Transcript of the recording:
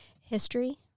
History